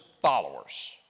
followers